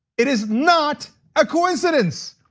it is not a coincidence.